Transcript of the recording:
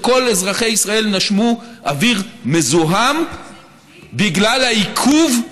וכל אזרחי ישראל נשמו אוויר מזוהם בגלל העיכוב.